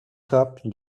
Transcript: hope